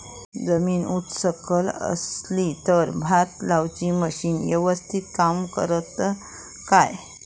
जमीन उच सकल असली तर भात लाऊची मशीना यवस्तीत काम करतत काय?